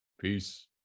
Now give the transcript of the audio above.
Peace